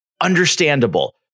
Understandable